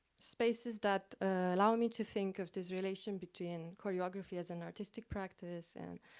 spaces that allow me to think of this relation between choreography as an artistic practice and